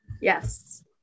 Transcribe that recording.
Yes